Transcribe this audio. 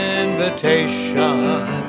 invitation